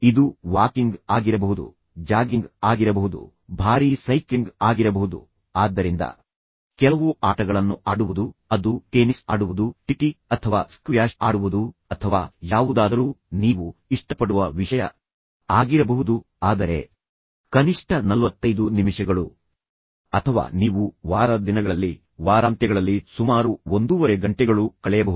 ಇದು ವಾಕಿಂಗ್ ಆಗಿರಬಹುದು ಜಾಗಿಂಗ್ ಆಗಿರಬಹುದು ಭಾರೀ ಸೈಕ್ಲಿಂಗ್ ಆಗಿರಬಹುದು ಆದ್ದರಿಂದ ಕೆಲವು ಆಟಗಳನ್ನು ಆಡುವುದು ಅದು ಟೆನಿಸ್ ಆಡುವುದು ಟಿಟಿ ಅಥವಾ ಸ್ಕ್ವ್ಯಾಷ್ ಆಡುವುದು ಅಥವಾ ಯಾವುದಾದರೂ ನೀವು ಇಷ್ಟಪಡುವ ವಿಷಯ ಆಗಿರಬಹುದು ಆದರೆ ಕನಿಷ್ಠ ನಲ್ವತ್ತೈದು ನಿಮಿಷಗಳು ಅಥವಾ ನೀವು ವಾರದ ದಿನಗಳಲ್ಲಿ ವಾರಾಂತ್ಯಗಳಲ್ಲಿ ಸುಮಾರು ಒಂದೂವರೆ ಗಂಟೆಗಳು ಕಳೆಯಬಹುದು